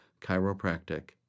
chiropractic